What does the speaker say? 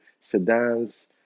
sedans